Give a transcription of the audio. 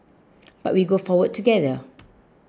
but we go forward together